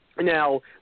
Now